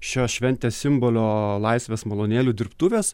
šios šventės simbolio laisvės malūnėlių dirbtuvės